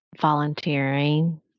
volunteering